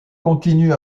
continue